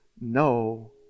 no